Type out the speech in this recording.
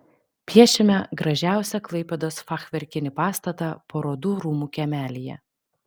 piešime gražiausią klaipėdos fachverkinį pastatą parodų rūmų kiemelyje